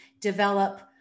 develop